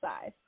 size